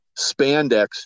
spandex